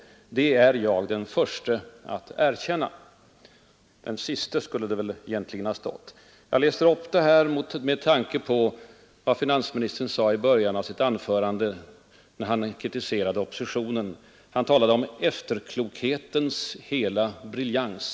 Det är jag den förste att erkänna.” — Den siste skulle det väl egentligen ha stått. Jag läste upp detta med tanke på vad finansministern sade i början av sitt anförande, när han kritiserade oppositionen. Han talade om ”efterklokhetens hela briljans”.